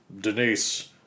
Denise